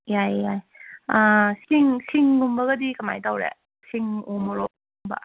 ꯌꯥꯏꯌꯦ ꯌꯥꯏ ꯁꯤꯡ ꯁꯤꯡꯒꯨꯝꯕꯒꯗꯤ ꯀꯃꯥꯏꯅ ꯇꯧꯔꯦ ꯁꯤꯡ ꯎ ꯃꯣꯔꯣꯛ ꯀꯨꯝꯕ